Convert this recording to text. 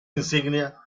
insignia